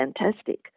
fantastic